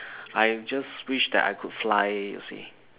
I'm just wish that I could fly you see